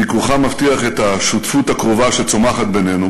ביקורך מבטיח את השותפות הקרובה שצומחת בינינו.